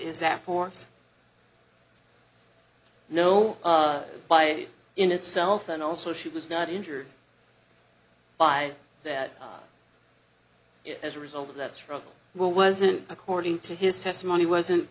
is that force no buy in itself and also she was not injured by that if as a result of that struggle will wasn't according to his testimony wasn't